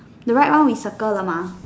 the right one with circle 了 mah